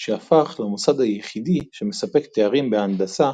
שהפך למוסד היחידי שמספק תארים בהנדסה